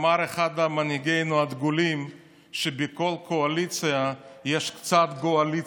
אמר אחד ממנהיגינו הדגולים שבכל קואליציה יש קצת גועליציה.